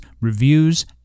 reviews